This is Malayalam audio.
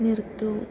നിർത്തുക